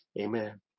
Amen